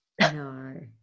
no